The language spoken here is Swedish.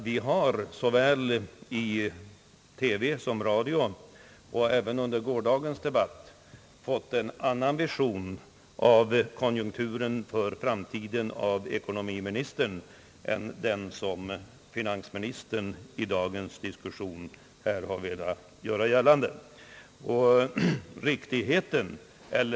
Vi har såväl i TV som radio och även under gårdagens debatt fått en annan vision av konjunkturen för framtiden av ekonomiministern än den som finansministern i dagens diskussion velat göra gällande.